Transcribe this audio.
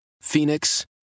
Phoenix